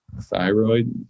thyroid